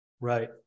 Right